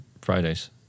Friday's